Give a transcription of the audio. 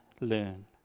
learn